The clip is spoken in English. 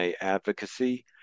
Advocacy